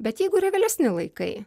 bet jeigu ir vėlesni laikai